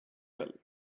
well